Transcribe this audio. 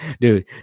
dude